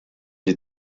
die